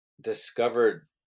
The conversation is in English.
discovered